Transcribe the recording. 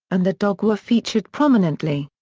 and the dog were featured prominently.